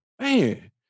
Man